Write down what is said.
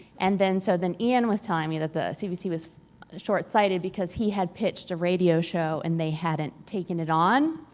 and then, so then iain was telling me that the cbc was shortsighted because he had pitched a radio show and they hadn't taken it on.